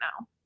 now